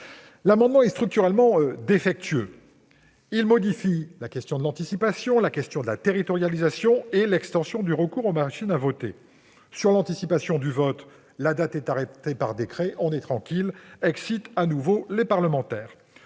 amendement est structurellement défectueux : il modifie la question de l'anticipation, la question de la déterritorialisation et l'extension du recours aux machines à voter. Sur l'anticipation du vote, la date est arrêtée par décret. On est tranquilles ... De nouveau, les parlementaires